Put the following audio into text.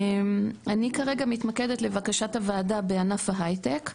אני כרגע מתמקדת, לבקשת הוועדה, בענף ההייטק.